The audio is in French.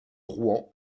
rouen